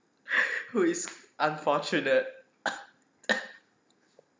who is unfortunate